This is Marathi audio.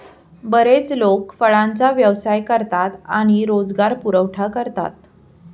बरेच लोक फळांचा व्यवसाय करतात आणि रोजगार पुरवठा करतात